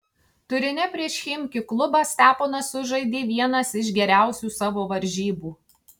turine prieš chimki klubą steponas sužaidė vienas iš geriausių savo varžybų